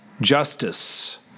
justice